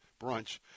brunch